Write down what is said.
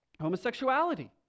homosexuality